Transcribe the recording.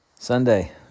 Sunday